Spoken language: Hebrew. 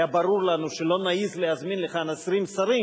והיה ברור לנו שלא נעז להזמין לכאן 20 שרים